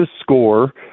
score